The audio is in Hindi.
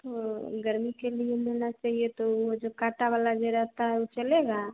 तो गर्मी के लिए लेना चाहिए तो जो काटा वाला ये रेहता है वो चलेगा